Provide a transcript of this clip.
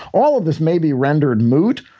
all of this may be rendered moot.